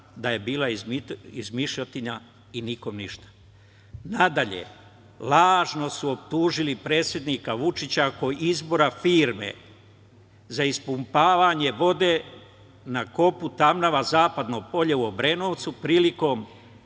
da je bila izmišljotina i nikom ništa. Nadalje, lažno su optužili predsednika Vučića oko izbora firme za ispumpavanje vode na kopu Tamnava-Zapadno Polje u Obrenovcu prilikom